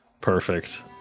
Perfect